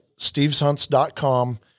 steveshunts.com